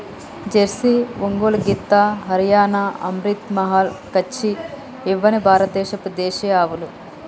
Jersey, Ongole గిత్త, హరియాణా, అమ్రిత్ మహల్, కచ్చి ఇవ్వని భారత దేశపు దేశీయ ఆవులు